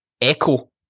echo